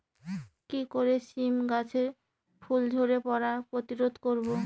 কি করে সীম গাছের ফুল ঝরে পড়া প্রতিরোধ করব?